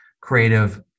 creative